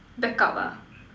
backup ah